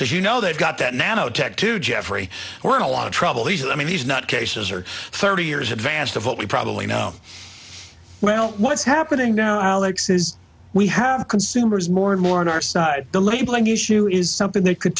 because you know they've got that nanotech to jeffrey we're in a lot of trouble he's i mean he's not cases are thirty years advanced of what we probably know well what's happening now alex is we have consumers more and more on our side the labeling issue is something that could